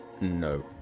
No